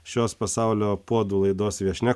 šios pasaulio puodų laidos viešnia